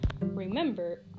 remember